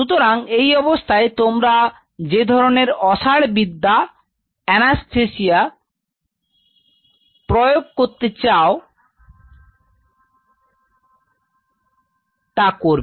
সুতরাং এই অবস্থায় তোমরা যে ধরনের অসাড় বিদ্যা প্রয়োগ করতে চাও তা করবে